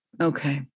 Okay